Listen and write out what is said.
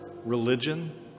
Religion